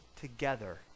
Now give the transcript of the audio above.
together